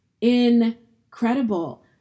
incredible